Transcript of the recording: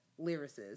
lyricist